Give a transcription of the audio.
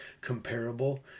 comparable